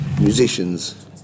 musicians